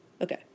Okay